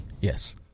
yes